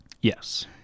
Yes